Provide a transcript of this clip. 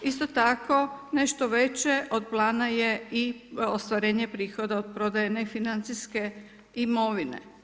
Isto tako nešto veće od plana je i ostvarenje prihoda od prodaje nefinancijske imovine.